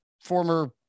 former